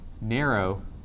narrow